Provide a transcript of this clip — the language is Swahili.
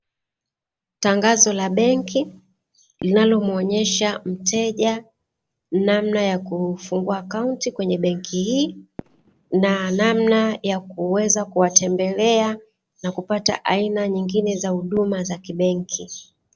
Tangazo la benki linalomuonyesha mteja namna ya kufungua akaunti kwenye benki hii na namna ya kuweza kuwatembea na kupata aina nyingine za huduma za kibenki.